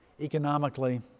economically